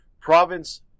province